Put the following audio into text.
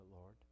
Lord